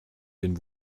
den